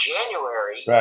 January